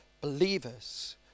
believers